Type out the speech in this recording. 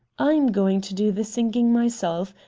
i'm going to do the singing myself.